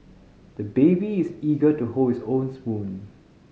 the baby is eager to hold his own spoon